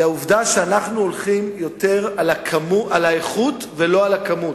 העובדה שאנחנו הולכים יותר על האיכות ולא על הכמות.